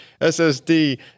SSD